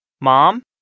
Mom